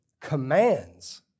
commands